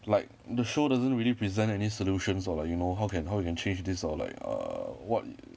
like the show doesn't really present any solutions or like you know how you can how you can change this or like err what